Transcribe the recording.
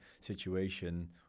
situation